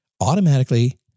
Automatically